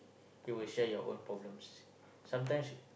you will share your own problem sometimes